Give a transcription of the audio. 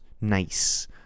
nice